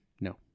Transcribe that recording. no